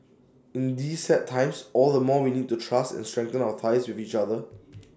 in these sad times all the more we need to trust and strengthen our ties with each other